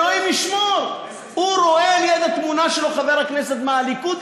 אלוהים ישמור: הוא רואה ליד התמונה שלו חבר כנסת מהליכוד,